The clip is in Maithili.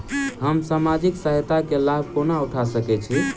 हम सामाजिक सहायता केँ लाभ कोना उठा सकै छी?